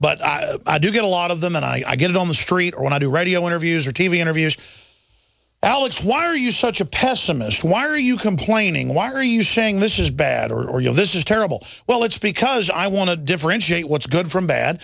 but i do get a lot of them and i get on the street or when i do radio interviews or t v interviews alex why are you such a pessimist why are you complaining why are you saying this is bad or you know this is terrible well it's because i want to differentiate what's good from bad